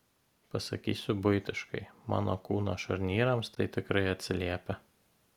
pasakysiu buitiškai mano kūno šarnyrams tai tikrai atsiliepia